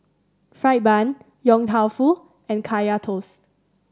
fried bun Yong Tau Foo and Kaya Toast